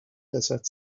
desert